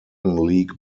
league